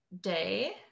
day